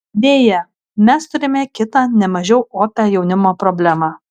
deja mes turime kitą ne mažiau opią jaunimo problemą